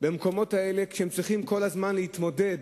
במקומות האלה כשהם צריכים כל הזמן להתמודד